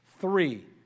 Three